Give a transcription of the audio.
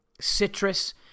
citrus